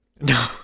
No